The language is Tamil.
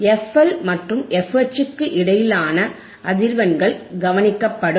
FL மற்றும் FH க்கு இடையிலான அதிர்வெண்கள் கவனிக்கப்படும்